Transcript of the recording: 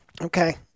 Okay